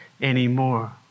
anymore